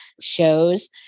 shows